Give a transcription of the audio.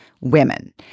women